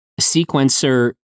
Sequencer